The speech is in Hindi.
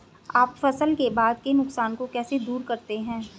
आप फसल के बाद के नुकसान को कैसे दूर करते हैं?